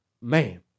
man